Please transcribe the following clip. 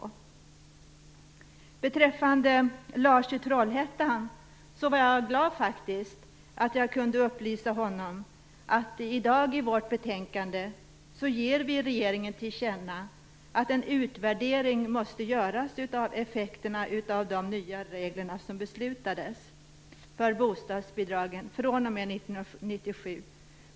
För att återgå till Lars i Trollhättan vill jag säga att jag faktiskt var glad över att jag kunde upplysa honom om att vi i dagens betänkande ger regeringen till känna att en utvärdering måste göras av effekterna av de nya regler som beslutats för bostadsbidragen att gälla fr.o.m. 1997.